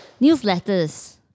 Newsletters